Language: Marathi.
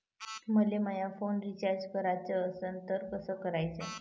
मले माया फोन रिचार्ज कराचा असन तर कसा कराचा?